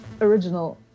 Original